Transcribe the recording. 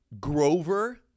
Grover